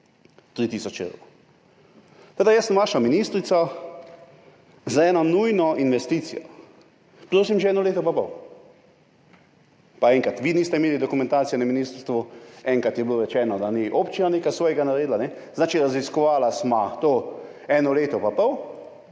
3 tisoč evrov. Jaz vašo ministrico za eno nujno investicijo prosim že eno leto pa pol. Pa enkrat vi niste imeli dokumentacije na ministrstvu, enkrat je bilo rečeno, da občina ni nečesa svojega naredila, pomeni, raziskovala sva to eno leto pa pol,